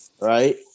right